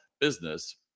business